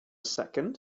second